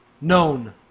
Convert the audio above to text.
known